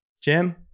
Jim